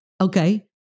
Okay